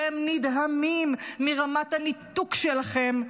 והם נדהמים מרמת הניתוק שלכם.